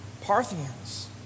Parthians